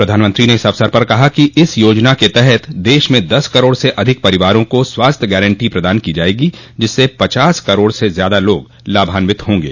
प्रधानमंत्री ने इस अवसर पर कहा कि इस योजना के तहत देश में दस करोड़ से अधिक परिवारों को स्वास्थ्य गारंटी प्रदान की जाएगी जिससे पचास करोड़ से ज्यादा लोग लाभान्वित होंगे